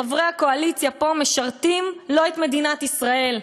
חברי הקואליציה פה משרתים לא את מדינת ישראל,